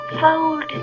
fold